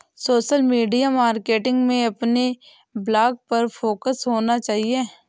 social media marketing में अपने blog पर फोकस होना चाहिए